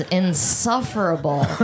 insufferable